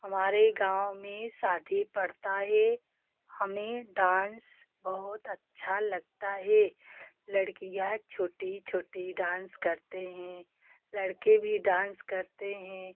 हमारे गाँव में शादी पड़ती है हमें डांस बहुत अच्छा लगता है लड़कियाँ छोटी छोटी डांस करती हैं लड़के भी डांस करते हैं